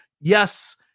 yes